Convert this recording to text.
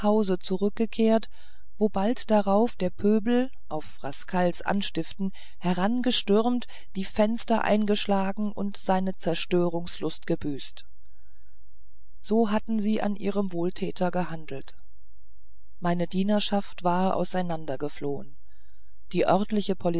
zurückgekehrt wo bald darauf der pöbel auf rascals anstiften herangestürmt die fenster eingeschlagen und seine zerstörungslust gebüßt so hatten sie an ihrem wohltäter gehandelt meine dienerschaft war aus einander geflohen die örtliche